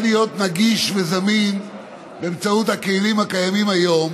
להיות נגיש וזמין באמצעות הכלים הקיימים היום,